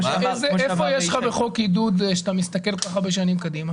איפה יש לך בחוק עידוד מצב שאתה מסתכל שנים קדימה